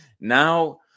now